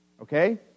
Okay